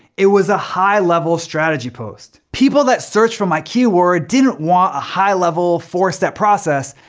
it was a high level strategy post. people that searched for my keyword didn't want a high level four step process,